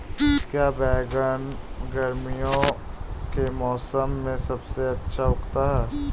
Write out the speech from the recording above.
क्या बैगन गर्मियों के मौसम में सबसे अच्छा उगता है?